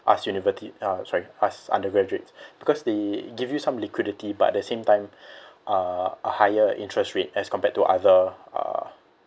us university uh sorry us undergraduates because they give you some liquidity but at the same time uh a higher interest rate as compared to either uh